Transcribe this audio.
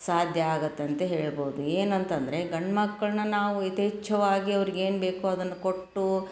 ಸಾಧ್ಯ ಆಗತ್ತೆ ಅಂತ ಹೇಳ್ಬೋದು ಏನಂತ ಅಂದರೆ ಗಂಡು ಮಕ್ಕಳನ್ನ ನಾವು ಯಥೇಚ್ಛವಾಗಿ ಅವ್ರ್ಗೆ ಏನು ಬೇಕೋ ಅದನ್ನು ಕೊಟ್ಟು